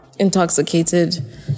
Intoxicated